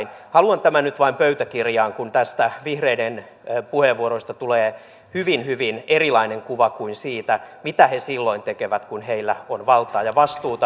haluan tämän nyt vain pöytäkirjaan kun näistä vihreiden puheenvuoroista tulee hyvin hyvin erilainen kuva kuin siitä mitä he silloin tekevät kun heillä on valtaa ja vastuuta